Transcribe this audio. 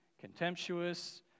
contemptuous